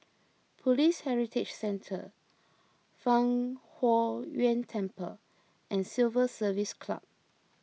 Police Heritage Centre Fang Huo Yuan Temple and Civil Service Club